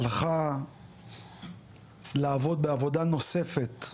הלכה לעבוד בעבודה נוספת,